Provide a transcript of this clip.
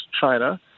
China